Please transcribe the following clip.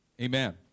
Amen